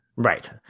Right